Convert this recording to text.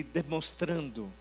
demonstrando